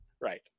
Right